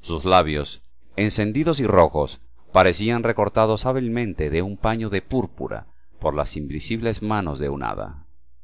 sus labios encendidos y rojos parecían recortados hábilmente de un paño de púrpura por las invisibles manos de un hada